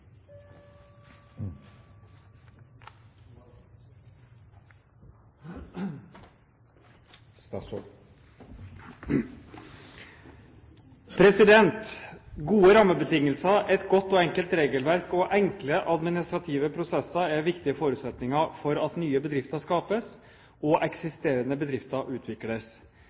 Fremskrittspartiet. Gode rammebetingelser, et godt og enkelt regelverk og enkle administrative prosesser er viktige forutsetninger for at nye bedrifter skapes og eksisterende bedrifter